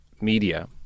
media